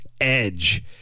Edge